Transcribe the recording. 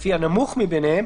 לפי הנמוך מביניהם,